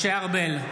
משה ארבל,